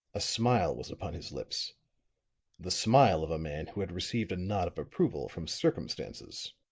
a smile was upon his lips the smile of a man who had received a nod of approval from circumstances.